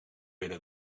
binnen